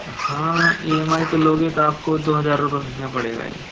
हाँ E M I पे लोगे तो आपको दो हज़ार रुपए महंगा पड़ेगा ये